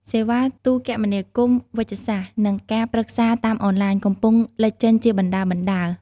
សេវាទូរគមនាគមន៍វេជ្ជសាស្ត្រ និងការប្រឹក្សាតាមអនឡាញ កំពុងលេចចេញជាបណ្តើរៗ។